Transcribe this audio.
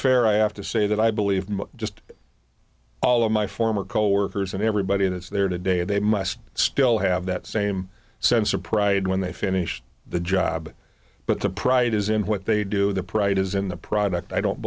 fair i have to say that i believe just all of my former coworkers and everybody that is there today and they must still have that same sense of pride when they finish the job but the pride is in what they do the pride is in the product i don't